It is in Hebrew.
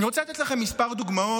אני רוצה לתת לכם כמה דוגמאות,